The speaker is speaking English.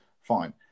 fine